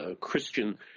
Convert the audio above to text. Christian